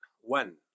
one